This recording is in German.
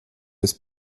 des